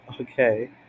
Okay